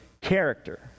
character